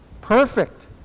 Perfect